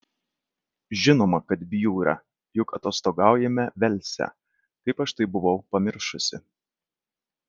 žinoma kad bjūra juk atostogaujame velse kaip aš tai buvau pamiršusi